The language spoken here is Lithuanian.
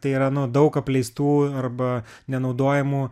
tai yra nu daug apleistų arba nenaudojamų